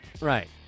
right